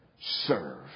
serve